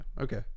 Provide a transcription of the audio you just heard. okay